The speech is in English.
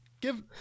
Give